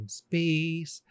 space